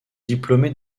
diplômé